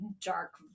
dark